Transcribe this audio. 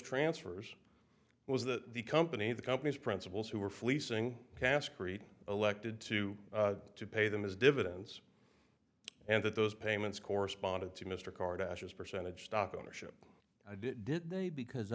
transfers was that the company the company's principals who were fleecing caste creed elected to to pay them as dividends and that those payments corresponded to mr card ashes percentage stock ownership i did did they because